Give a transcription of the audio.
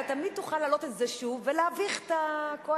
אתה תמיד תוכל להעלות את זה שוב ולהביך את הקואליציה.